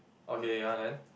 okay ya then